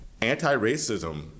Anti-racism